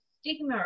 stigma